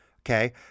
Okay